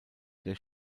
der